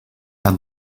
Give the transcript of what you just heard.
had